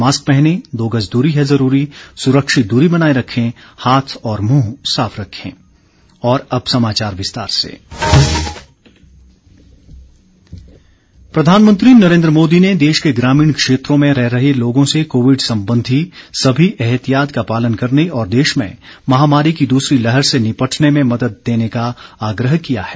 mask पहनें दो गज दूरी है जरूरी सुरक्षित दूरी बनाये रखें हाथ और मुंह साफ रखें प्रधानमंत्री प्रधानमंत्री नरेन्द्र मोदी ने देश के ग्रामीण क्षेत्रों में रह रहे लोगों से कोविड संबंधी सभी एहतियात का पालन करने और देश में महामारी की दूसरी लहर से निपटने में मदद देने का आग्रह किया है